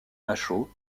lachaud